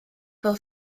fel